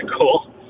cool